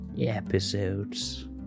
episodes